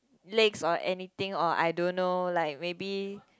legs or anything or I don't know like maybe